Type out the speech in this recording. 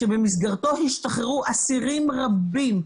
שבמסגרתו השתחררו אסירים רבים,